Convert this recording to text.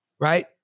right